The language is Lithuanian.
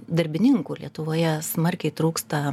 darbininkų lietuvoje smarkiai trūksta